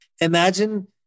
imagine